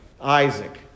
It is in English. Isaac